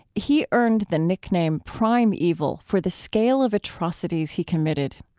he earned the nickname prime evil for the scale of atrocities he committed.